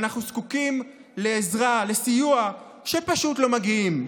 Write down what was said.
ואנחנו זקוקים לעזרה, לסיוע, שפשוט לא מגיעים.